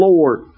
Lord